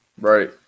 Right